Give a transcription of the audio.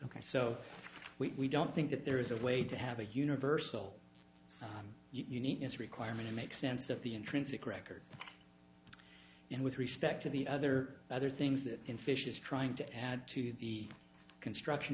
so we don't think that there is a way to have a universal uniqueness requirement to make sense of the intrinsic record and with respect to the other other things that in fish is trying to add to the construction